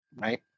right